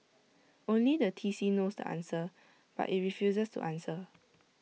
only the T C knows the answer but IT refuses to answer